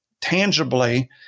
tangibly